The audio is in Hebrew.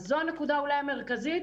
אז זו הנקודה המרכזית: